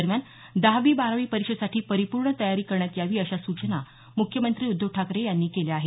दरम्यान दहावी बारावी परीक्षेसाठी परिपूर्ण तयारी करण्यात यावी अशा सूचना मुख्यमंत्री उद्धव ठाकरे यांनी केली आहे